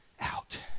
out